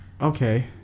Okay